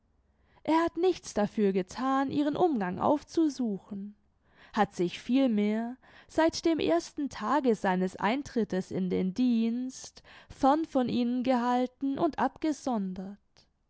er hat nichts dafür gethan ihren umgang aufzusuchen hat sich vielmehr seit dem ersten tage seines eintrittes in den dienst fern von ihnen gehalten und abgesondert